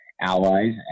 allies